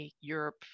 Europe